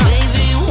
Baby